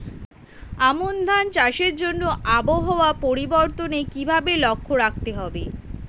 আমন ধান চাষের জন্য আবহাওয়া পরিবর্তনের কিভাবে লক্ষ্য রাখতে হয়?